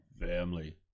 Family